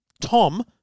Tom